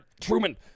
Truman